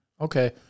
Okay